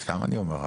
סתם אני אומר,